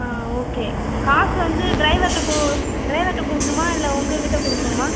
ஆ okay காசு வந்து டிரைவர்கிட்ட கு டிரைவர்கிட்ட கொடுக்கணுமா இல்லை உங்கள்கிட் கொடுக்கணுமா